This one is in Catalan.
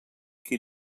qui